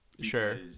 Sure